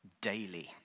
daily